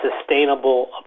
sustainable